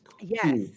yes